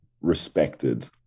respected